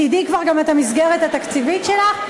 תדעי כבר גם את המסגרת התקציבית שלך,